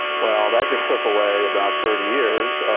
well, that just took away about thirty years,